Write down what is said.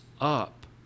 up